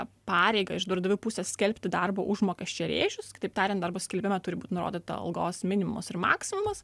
pareigą iš darbdavių pusės skelbti darbo užmokesčio rėžius taip tariant darbo skelbime turi būt nurodyta algos minimumas ir maksimumas